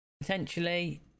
Potentially